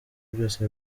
byose